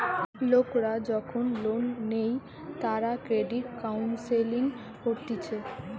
লোকরা যখন লোন নেই তারা ক্রেডিট কাউন্সেলিং করতিছে